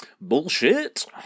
bullshit